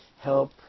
help